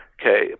Okay